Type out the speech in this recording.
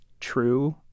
true